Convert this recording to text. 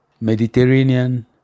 Mediterranean